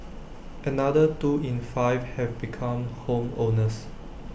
another two in five have become home owners